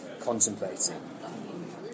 contemplating